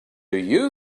you